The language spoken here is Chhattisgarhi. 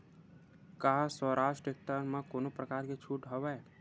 का स्वराज टेक्टर म कोनो प्रकार के छूट हवय?